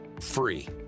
free